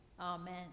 Amen